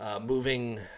Moving